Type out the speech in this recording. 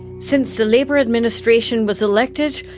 since the labor administration was elected,